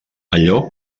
allò